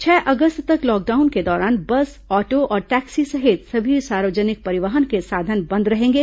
छह अगस्त तक लॉकडाउन के दौरान बस ऑटो और टैक्सी सहित सभी सार्वजनिक परिवहन के साधन बंद रहेंगे